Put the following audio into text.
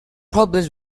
problems